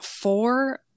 four